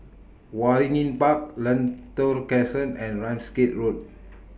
Waringin Park Lentor Crescent and Ramsgate Road